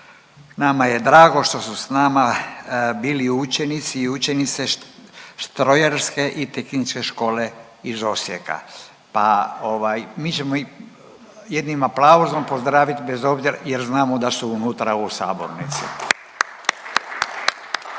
nama je drago što su sa nama bili učenici i učenice Strojarske i tehničke škole iz Osijeka, pa mi ćemo ih jednim aplauzom pozdravit bez obzira, jer znamo da su unutra u sabornici.